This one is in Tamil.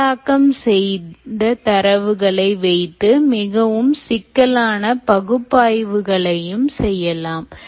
செயலாக்கம் செய்த தரவுகளை வைத்து மிகவும் சிக்கலான பகுப்பாய்வுகளையும் செய்யலாம்